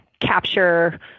capture